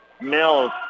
Mills